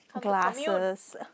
Glasses